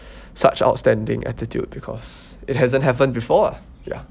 such outstanding attitude because it hasn't happened before ah ya